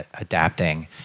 Adapting